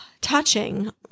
touching